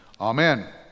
Amen